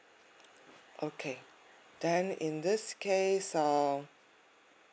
okay then in this case err